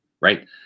right